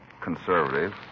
conservative